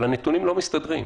אבל הנתונים לא מסתדרים.